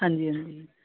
ਹਾਂਜੀ ਹਾਂਜੀ